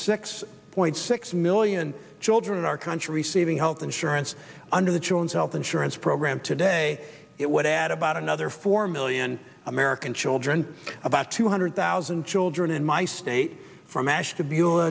six point six million children in our country receiving health insurance under the jones health insurance program today it would add about another four million american children about two hundred thousand children in my state from ash